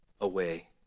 away